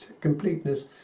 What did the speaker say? completeness